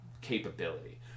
capability